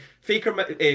Faker